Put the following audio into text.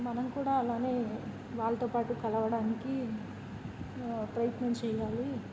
మనం కూడా అలానే వాళ్లతో పాటు కలవడానికి ప్రయత్నం చేయాలి